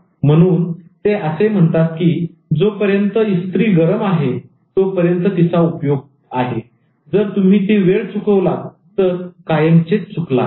" म्हणून ते असे म्हणतात की जोपर्यंत इस्त्री गरम आहे तोपर्यंतच तिचा उपयोग आहे जर तुम्ही ती वेळ चुकलात तर कायमचेच चुकला